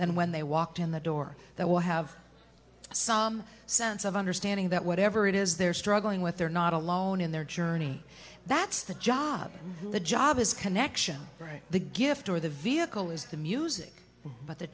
better and when they walked in the door they will have some sense of understanding that whatever it is they're struggling with they're not alone in their journey that's the job the job is connection right the gift or the vehicle is the music but the